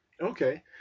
okay